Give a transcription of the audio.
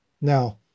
Now